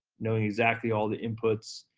knowing exactly all the inputs,